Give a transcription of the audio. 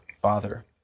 Father